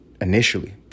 initially